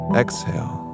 exhale